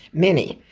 many.